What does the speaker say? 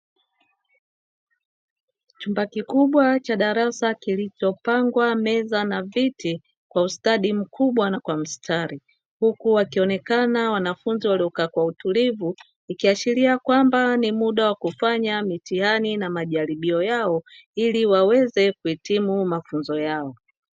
Chumba kikubwa cha darasa kilichopangwa meza na viti kwa ustadi mkubwa na kwa mstari , huku wakionekana wanafunzi waliokaa kwa utulivu. Ikiashiria kwamba ni muda wa kufanya mitihani na majaribio yao iliwaweze kuhitimu mafunzo yao.